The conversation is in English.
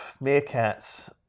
meerkats